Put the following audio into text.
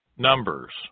Numbers